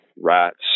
rats